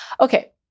Okay